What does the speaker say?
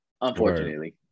unfortunately